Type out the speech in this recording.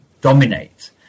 dominate